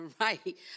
Right